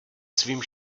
svým